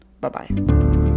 Bye-bye